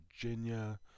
Virginia